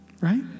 Right